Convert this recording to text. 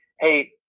Hey